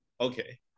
Okay